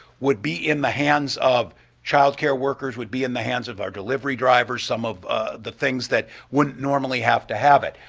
would be in the hands of child care workers, would be in the hands of our delivery drivers, some of ah the things that wouldn't normally have to have it.